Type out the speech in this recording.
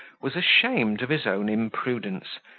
was ashamed of his own imprudence,